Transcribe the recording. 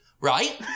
right